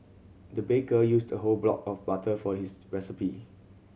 the baker used a whole block of butter for his recipe